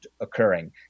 occurring